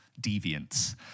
deviants